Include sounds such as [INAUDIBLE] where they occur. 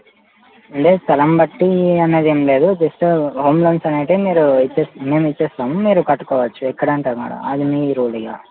లేదు స్థలం బట్టి అనేది ఏం లేదు జస్ట్ హోమ్ లోన్స్ అనేటివి మీరు ఇచ్చే మేము ఇచ్చేస్తాము మీరు కట్టుకోవచ్చు ఎక్కడ అంటున్నారా అది మీ [UNINTELLIGIBLE]